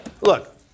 look